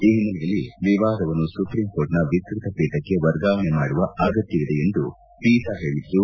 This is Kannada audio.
ಈ ಹಿನ್ನೆಲೆಯಲ್ಲಿ ವಿವಾದವನ್ನು ಸುಪ್ರೀಂ ಕೋರ್ಟ್ನ ವಿಸ್ತೃತ ಪೀಠಕ್ಕೆ ವರ್ಗಾವಣೆ ಮಾಡುವ ಅಗತ್ತವಿದೆ ಎಂದು ಪೀಕ ಹೇಳಿದ್ದು